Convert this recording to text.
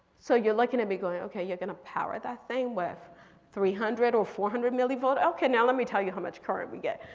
so you're looking to be going, okay you're gonna power that thing with three hundred or four hundred milli volt? okay now let me tell you how much current we get.